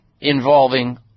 involving